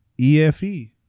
EFE